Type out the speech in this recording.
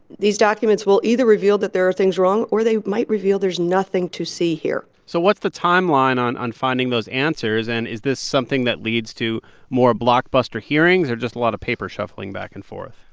these documents will either reveal that there are things wrong or they might reveal there's nothing to see here so what's the timeline on on finding those answers? and is this something that leads to more blockbuster hearings or just a lot of paper shuffling back and forth?